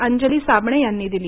अंजली साबणे यांनी दिली